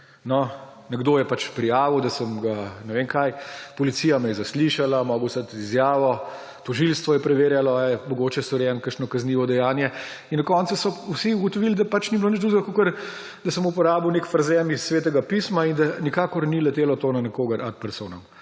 Nekdo je pač prijavil, da sem ga ne vem kaj. Policija me je zaslišala, moral sem dati izjavo. Tožilstvo je preverjalo, ali je mogoče storjeno kakšno kaznivo dejanje; in na koncu so vsi ugotovili, da pač ni bilo nič drugega, kakor da sem uporabil nek frazem iz Svetega pisma, in da nikakor ni letelo to na nikogar ad personam.